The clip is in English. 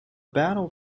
battle